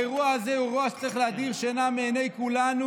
האירוע הזה הוא אירוע שצריך להדיר שינה מעיני כולנו.